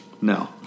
No